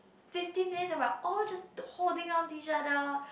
fifteen minutes and we are all just holding onto each other